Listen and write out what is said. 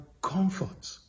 comfort